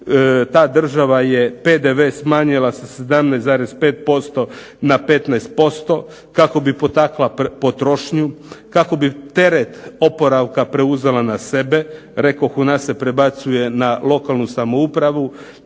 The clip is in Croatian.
ta država je PDV smanjila sa 17,5% na 15% kako bi potaknula potrošnju, kako bi teret oporavka preuzela na sebe. Rekoh, u nas se prebacuje na lokalnu samoupravu.